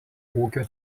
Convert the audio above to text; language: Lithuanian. ūkio